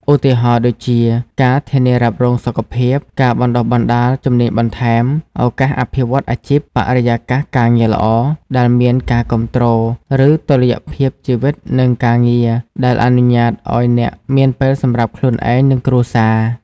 ឧទាហរណ៍ ដូចជា ការធានារ៉ាប់រងសុខភាព ការបណ្ដុះបណ្ដាលជំនាញបន្ថែម ឱកាសអភិវឌ្ឍន៍អាជីព បរិយាកាសការងារល្អ ដែលមានការគាំទ្រ ឬ តុល្យភាពជីវិត និងការងារ ដែលអនុញ្ញាតឲ្យអ្នកមានពេលសម្រាប់ខ្លួនឯង និងគ្រួសារ?